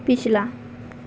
ਪਿਛਲਾ